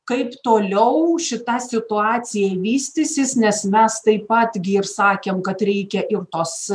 kaip toliau šita situacija vystysis nes mes taip pat gi ir sakėm kad reikia ir tos